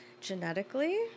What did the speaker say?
genetically